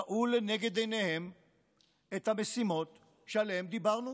ראו לנגד עיניהם את המשימות שעליהן דיברנו